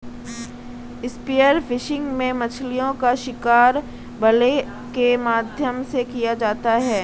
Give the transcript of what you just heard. spear fishing में मछलीओं का शिकार भाले के माध्यम से किया जाता है